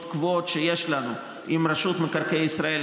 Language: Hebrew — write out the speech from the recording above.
קבועות שיש לנו עם רשות מקרקעי ישראל,